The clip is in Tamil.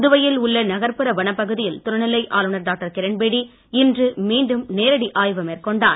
புதுவையில் உள்ள நகர்ப்புற வனப்பகுதியில் துணைநிலை ஆளுநர் டாக்டர் கிரண்பேடி இன்று மீண்டும் நேரடி ஆய்வு மேற்கொண்டார்